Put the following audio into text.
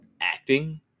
acting